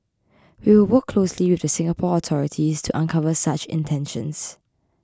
we will work closely with the Singapore authorities to uncover such intentions